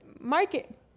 market